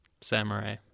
samurai